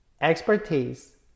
expertise